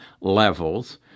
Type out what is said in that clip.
levels